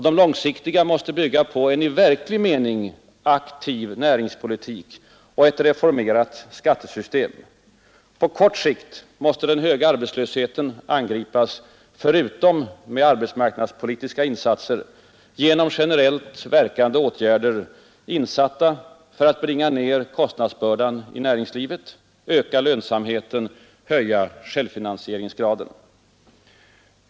De långsiktiga måste bygga på en i verklig mening aktiv närings politik och ett reformerat skattesystem, som utnyttjar alla de latenta förutsättningar för nya initiativ och nya satsningar som finns inom svensk företagsamhet och som återger alla de hundratusentals enheter som det här är fråga om stora, medelstora och små företag — framtidstro och tillförsikt. På kort sikt måste den nuvarande höga arbetslösheten angripas förutom med arbetsmarknadspolitiska medel genom generellt verkande åtgärder ägnade att bringa ner näringslivets kostnadsbörda, öka lönsamheten och höja självfinansieringsgraden.